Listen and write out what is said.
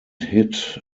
hit